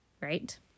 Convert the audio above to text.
right